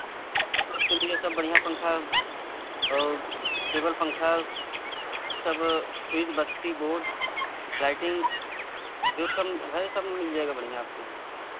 के लिए सब बढ़िया पंखा टेबल पंखा सब स्विच बत्ती बॉर्ड लाइटिंग यह सब है सब मिल जाएगा बढ़िया आपको